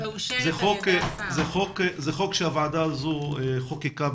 זה חוק שהוועדה הזאת חוקקה,